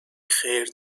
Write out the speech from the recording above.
خیر